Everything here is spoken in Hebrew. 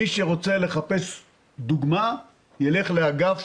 מי שרוצה לחפש דוגמה ילך לאגף